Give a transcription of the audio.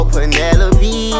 Penelope